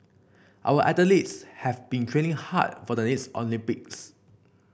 our athletes have been training hard for the next Olympics